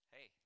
Hey